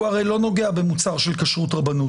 הוא הרי לא נוגע במוצר של כשרות רבנות,